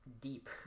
deep